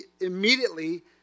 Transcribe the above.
immediately